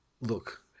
Look